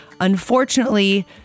unfortunately